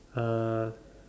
uh